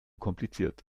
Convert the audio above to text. kompliziert